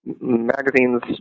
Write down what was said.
magazines